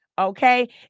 okay